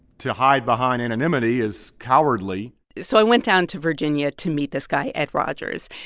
to hide behind anonymity is cowardly so i went down to virginia to meet this guy ed rogers.